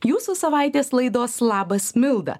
jūsų savaitės laidos labas milda